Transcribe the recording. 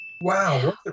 Wow